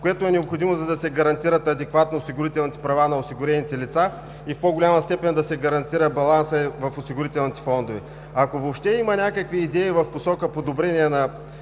което е необходимо, за да се гарантират адекватно осигурителните права на осигурените лица и в по-голяма степен да се гарантира балансът в осигурителните фондове. Ако въобще има някакви идеи в посока подобрение на